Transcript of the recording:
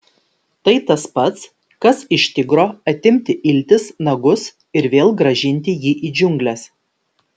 tai tas pats kas iš tigro atimti iltis nagus ir vėl grąžinti jį į džiungles